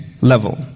level